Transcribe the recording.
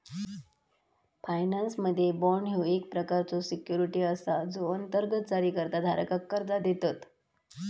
फायनान्समध्ये, बाँड ह्यो एक प्रकारचो सिक्युरिटी असा जो अंतर्गत जारीकर्ता धारकाक कर्जा देतत